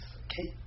okay